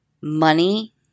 money